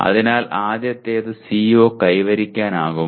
അതിനാൽ ആദ്യത്തേത് CO കൈവരിക്കാനാകുമോ